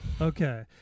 okay